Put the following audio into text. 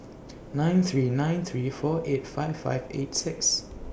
nine three nine three four eight five five eight six